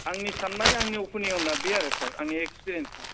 आंनि साननाय आंनि अपेनियना बे आरो सार आंनि एक्सपिरियेन्सआ